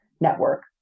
network